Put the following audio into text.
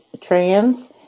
trans